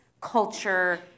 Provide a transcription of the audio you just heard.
culture